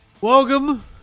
welcome